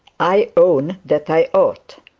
i own that i ought.